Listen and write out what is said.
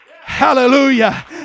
Hallelujah